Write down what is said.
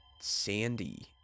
Sandy